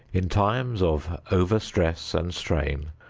in times of overstress and strain,